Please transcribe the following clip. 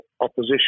opposition